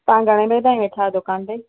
तव्हां घणे बजे ताईं वेठा आहियो दुकान ते